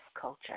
culture